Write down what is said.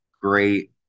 Great